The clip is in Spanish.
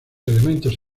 elementos